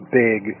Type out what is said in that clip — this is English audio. big